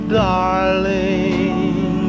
darling